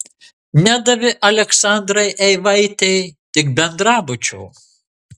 nedavė aleksandrai eivaitei tik bendrabučio